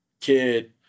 kid